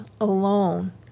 alone